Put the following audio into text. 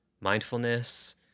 mindfulness